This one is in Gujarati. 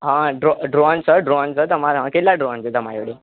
હા ડ્રોન ડ્રોન છ ડ્રોન છ તમારામાં કેટલા ડ્રોન છે તમારી જોડે